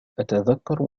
أتذكر